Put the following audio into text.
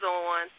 on